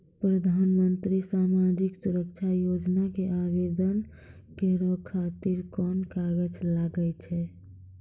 प्रधानमंत्री समाजिक सुरक्षा योजना के आवेदन करै खातिर कोन कागज लागै छै?